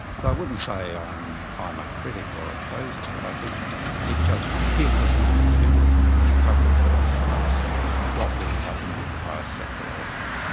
so i wouldn't say i'm i'm a critic or opposed to it, i think it just gives us an opportunity to publicly discuss what we might mean by a secular ethic,